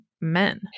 men